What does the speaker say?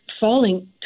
falling